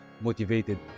motivated